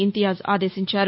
ఇంతియాజ్ ఆదేశించారు